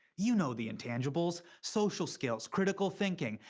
you know the intangibles social skills, critical thinking,